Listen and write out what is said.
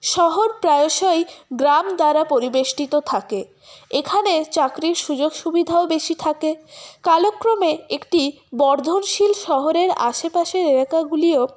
শহর প্রায়শই গ্রাম দ্বারা পরিবেষ্টিত থাকে এখানে চাকরির সুযোগ সুবিধাও বেশি থাকে কালক্রমে একটি বর্ধনশীল শহরের আশেপাশের এলাকাগুলিও